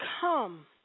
come